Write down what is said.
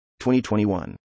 2021